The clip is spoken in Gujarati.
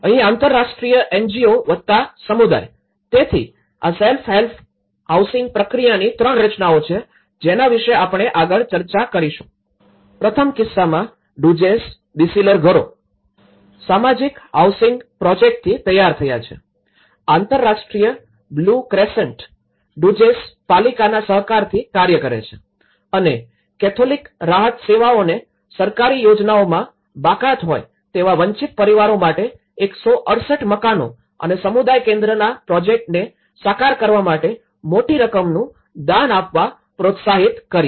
અહીં આંતરરાષ્ટ્રીય એનજીઓ વત્તા સમુદાય તેથી આ સેલ્ફ હેલ્પ હાઉસિંગ પ્રક્રિયાની ત્રણ રચનાઓ છે જેના વિશે આપણે આગળ ચર્ચા કરીશું પ્રથમ કિસ્સામાં ડુઝેસ બીસીલર ઘરો સામાજિક હાઉસિંગ પ્રોજેક્ટથી તૈયાર થયા છે આંતરરાષ્ટ્રીય બ્લુ ક્રેસન્ટ ડુઝેસ પાલિકાના સહકારથી કાર્ય કરે છે અને કેથોલિક રાહત સેવાઓને સરકારી યોજનામાં બાકાત હોય તેવા વંચિત પરિવારો માટે ૧૬૮ મકાનો અને સમુદાય કેન્દ્રના પ્રોજેક્ટને સાકાર કરવા માટે મોટી રકમનું દાન આપવા પ્રોત્સાહિત કર્યા